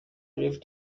left